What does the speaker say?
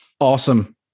Awesome